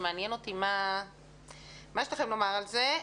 מעניין אותי מה יש לכם לומר על זה.